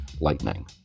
lightning